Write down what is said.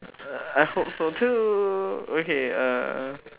I hope so too okay uh